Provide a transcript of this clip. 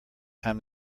time